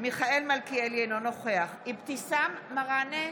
מיכאל מלכיאלי, אינו נוכח אבתיסאם מראענה,